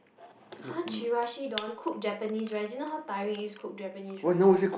!huh! Chirashidon cook Japanese rice you know how tiring it is to cook Japanese rice or not